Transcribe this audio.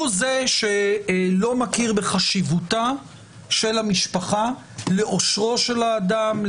הוא זה שלא מכיר בחשיבותה של המשפחה לאושרו של האדם,